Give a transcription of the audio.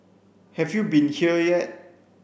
have you been here yet